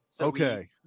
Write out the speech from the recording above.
okay